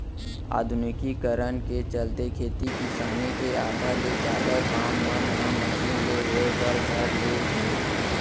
आधुनिकीकरन के चलते खेती किसानी के आधा ले जादा काम मन ह मसीन ले होय बर धर ले हे